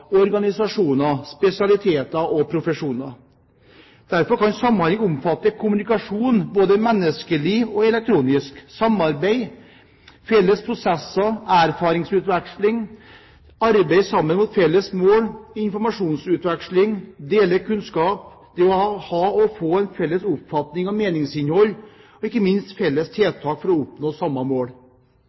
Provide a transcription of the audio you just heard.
organisasjoner, spesialiteter og profesjoner. Derfor kan samhandling omfatte kommunikasjon, både menneskelig og elektronisk samarbeid felles prosesser erfaringsutveksling det å arbeide sammen mot felles mål informasjonsutveksling det å dele kunnskap det å ha/få en felles oppfatning av meningsinnhold felles tiltak for å oppnå samme mål